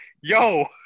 yo